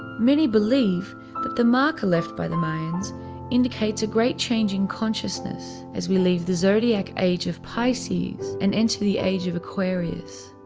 many believe but marker left by the mayan's indicates a great change in consciousness as we leave the zodiac age of pisces and enter the age of aquarius.